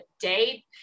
day